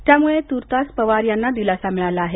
त्यामुळे तूर्तास पवार यांना दिलासा मिळाला आहे